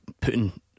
putting